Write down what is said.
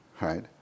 right